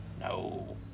No